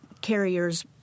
Carrier's